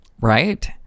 right